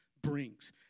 Brings